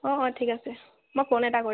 অঁ অঁ ঠিক আছে মই ফোন এটা কৰিম